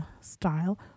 style